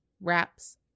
wraps